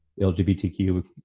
LGBTQ